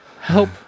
help